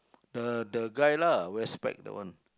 the the guy lah wear spec that one